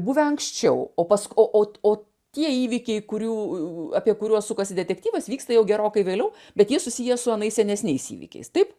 buvę anksčiau o pask o ot o tie įvykiai kurių apie kuriuos sukasi detektyvas vyksta jau gerokai vėliau bet jie susiję su anais senesniais įvykiais taip